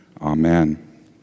Amen